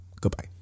goodbye